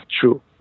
true